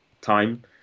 time